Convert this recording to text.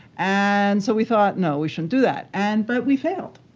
and so, we thought, no, we shouldn't do that. and but we failed